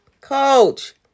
coach